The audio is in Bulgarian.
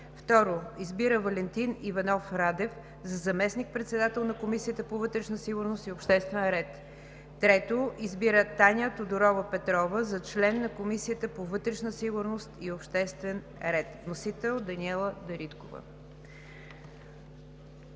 2. Избира Валентин Иванов Радев за заместник-председател на Комисията по вътрешна сигурност и обществен ред. 3. Избира Таня Тодорова Петрова за член на Комисията по вътрешна сигурност и обществен ред.“ Моля, режим на